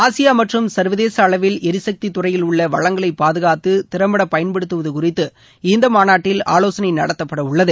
Asia மற்றும் சர்வதேச அளவில் எரிசக்தித்துறையில் உள்ள வளங்களை பாதுகாத்து திறம்பட பயன்படுத்துவது குறித்து இந்த மாநாட்டில் ஆலோசனை நடத்தப்படவுள்ளது